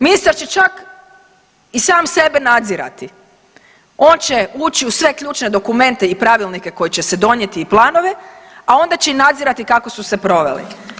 Ministar će čak i sam sebe nadzirati, on će ući u sve ključne dokumente i pravilnike koji će se donijeti i planove, a onda će i nadzirati kako su se proveli.